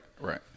right